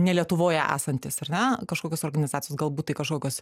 ne lietuvoje esantis ar ne kažkokios organizacijos galbūt tai kažkokios